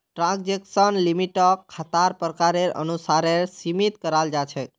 transaction लिमिटक खातार प्रकारेर अनुसारेर सीमित कराल जा छेक